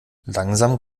langsam